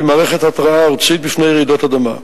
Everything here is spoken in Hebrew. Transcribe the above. מערכת התרעה ארצית מפני רעידות אדמה.